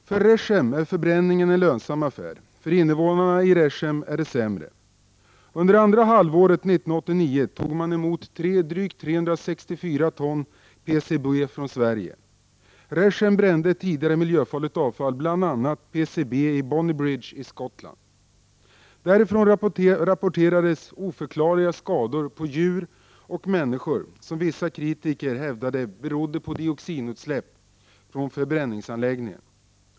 För Rechem är förbränningen en lönsam affär. För invånarna i Rechem är det sämre. Under andra halvåret 1989 tog man emot drygt 364 ton PCB från Sverige. Rechem brände tidigare miljöfarligt avfall, bl.a. PCB, i Bonnybridge i Skottland. Därifrån rapporterades oförklarliga skador på djur och människor, skador som vissa kritiker hävdade berodde på dioxinutsläpp från förbränningsanläggningen.